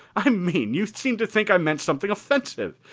i mean, you seem to think i meant something offensive.